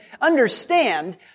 understand